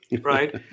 right